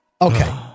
Okay